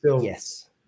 yes